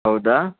ಹೌದಾ